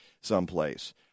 someplace